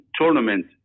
tournament